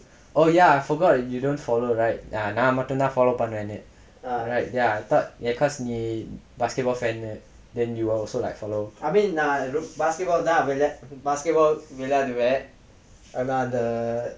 oh ya I forgot you don't follow right ah now நா மட்டுந்தா:naa mattunthaa follow பன்றேனு:panrenu ya I thought cause நீ:nee basketball fan then you are also like follow